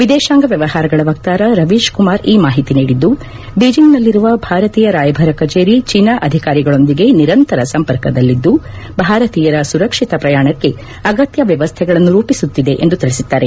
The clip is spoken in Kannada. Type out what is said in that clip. ವಿದೇಶಾಂಗ ವ್ಯವಹಾರಗಳ ವಕ್ತಾರ ರವೀಶ್ ಕುಮಾರ್ ಈ ಮಾಹಿತಿ ನೀಡಿದ್ದು ಬೀಚೆಂಗ್ನಲ್ಲಿರುವ ಭಾರತೀಯ ರಾಯಭಾರ ಕಚೇರಿ ಚೀನಾ ಅಧಿಕಾರಿಗಳೊಂದಿಗೆ ನಿರಂತರ ಸಂಪರ್ಕದಲ್ಲಿದ್ದು ಭಾರತೀಯರ ಸುರಕ್ಷಿತ ಪ್ರಯಾಣಕ್ಕೆ ಅಗತ್ಯ ವ್ಯವಸ್ದೆಗಳನ್ನು ರೂಪಿಸುತ್ತಿದೆ ಎಂದು ತಿಳಿಸಿದ್ದಾರೆ